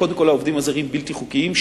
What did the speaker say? קודם כול עובדים זרים בלתי חוקיים,